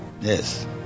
Yes